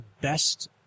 best